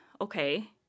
Okay